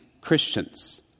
Christians